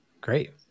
great